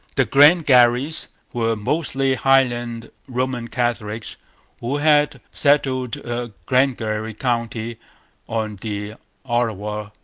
the glengarries were mostly highland roman catholics who had settled glengarry county on the ottawa,